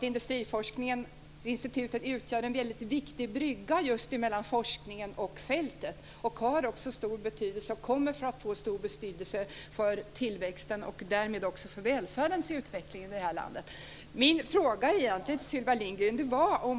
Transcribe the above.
Industriforskningsinstituten utgör en viktig brygga just mellan forskningen och fältet, har stor betydelse och kommer att få stor betydelse för tillväxten och därmed också för välfärdens utveckling i landet. Min fråga till Sylvia Lindgren är följande.